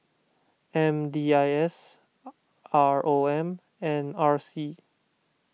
M D I S R O M and R C